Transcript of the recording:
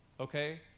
Okay